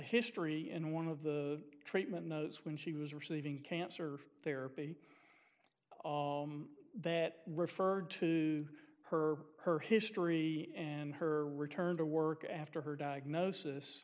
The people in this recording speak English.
history in one of the treatment notes when she was receiving cancer therapy that referred to her her history and her return to work after her diagnosis